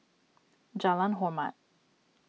Jalan Hormat